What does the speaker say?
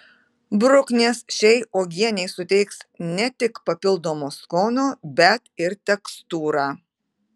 bruknės šiai uogienei suteiks ne tik papildomo skonio bet ir tekstūrą